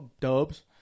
Dubs